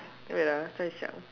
wait ah 等一下